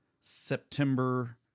September